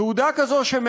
תעודה כזאת,